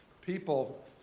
people